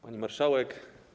Pani Marszałek!